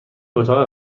اتاق